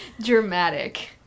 Dramatic